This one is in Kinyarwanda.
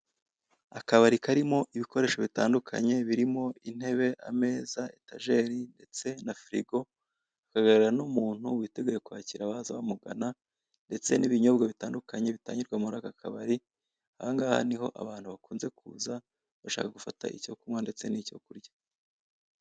Akabari karimo ibikoresho bitandukanye birimo intebe ,ameza ,etageri ndetse na firigo, kahagarariwe n'umuntu, witeguye kwakira abaza bamugana ndetse n'ibinyobwa bitandukanye bitangirwa muri aka kabari ,hano niho abantu bakunze kuza bashaka gufata icyo kunywa ndetse n'icyo kurya.